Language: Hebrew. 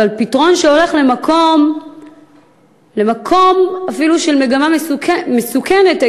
אבל פתרון שהולך אפילו למקום של מגמה מסוכנת יותר,